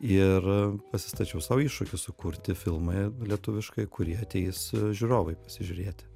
ir pasistačiau sau iššūkį sukurti filmą lietuviškai kurį ateis žiūrovai pasižiūrėti